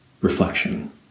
reflection